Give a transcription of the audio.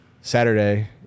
Saturday